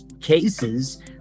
cases